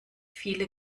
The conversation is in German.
viele